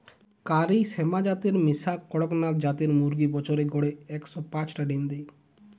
কারি শ্যামা জাতের মিশা কড়কনাথ জাতের মুরগি বছরে গড়ে একশ পাচটা ডিম দেয়